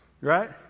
Right